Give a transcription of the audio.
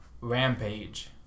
rampage